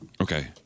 Okay